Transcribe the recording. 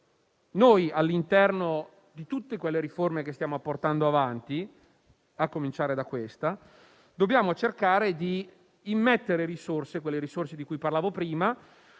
che, all'interno di tutte le riforme che stiamo portando avanti, a cominciare da questa, dobbiamo cercare di immettere quelle risorse di cui parlavo prima,